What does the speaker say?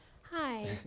Hi